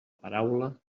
paraula